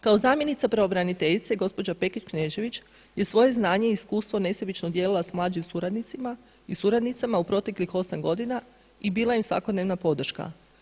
Kao zamjenica pravobraniteljice gospođa Pekić Knežević je svoje znanje i iskustvo nesebično dijelila s mlađim suradnicima i suradnicama u proteklih osam godina i bila im svakodnevna podrška.